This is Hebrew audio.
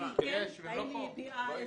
אם כן, האם הביעה עמדה?